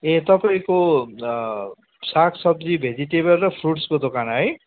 ए तपाईँको साग सब्जी भेजिटेबल र फ्रुट्सको दोकान है